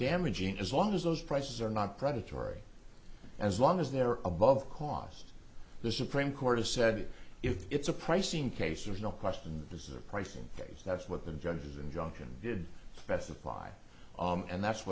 damaging as long as those prices are not predatory as long as they're above cost the supreme court has said if it's a pricing case there's no question this is a pricing case that's what the judges injunction did best apply and that's